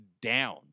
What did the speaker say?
down